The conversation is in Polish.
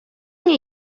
nie